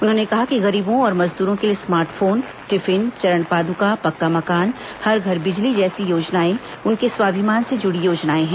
उन्होंने कहा कि गरीबों और मजदूरो के लिए स्मार्ट फोन टिफिन चरण पाद्का पक्का मकान हर घर बिजली जैसी योजनाएं उनके स्वाभिमान से जुड़ी योजनाएं हैं